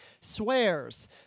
swears